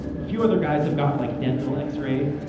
a few other guys have gotten like dental x-ray,